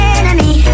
enemy